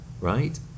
Right